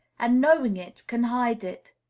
and, knowing it, can hide it.